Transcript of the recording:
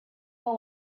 will